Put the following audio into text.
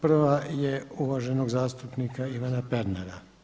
Prva je uvaženog zastupnika Ivana Pernara.